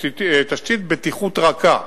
תשתית בטיחות רכה,